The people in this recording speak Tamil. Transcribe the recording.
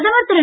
பிரதமர் திரு